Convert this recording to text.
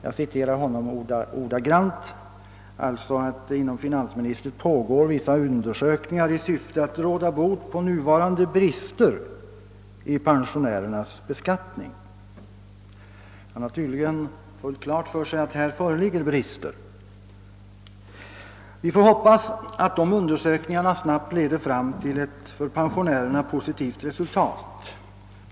Jag understryker att finansministern sålunda talat om vissa inom finansdepartementet pågående undersökningar i syfte att råda bot på nuvarande brister i pensionärernas beskattning. Han har tydligen fullt klart för sig att här föreligger brister. Vi får hoppas att de pågående undersökningarna snabbt leder till ett för pensionärerna positivt resultat.